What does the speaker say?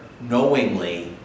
knowingly